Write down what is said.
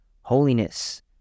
holiness